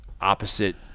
opposite